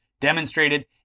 demonstrated